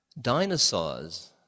Dinosaurs